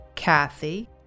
kathy